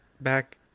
back